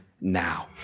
now